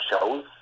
shows